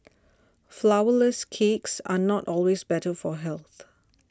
Flourless Cakes are not always better for health